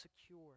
secure